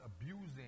abusing